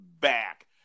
back